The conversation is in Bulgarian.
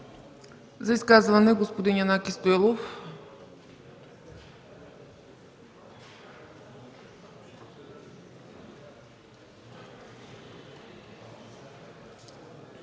За изказване – господин Янаки Стоилов.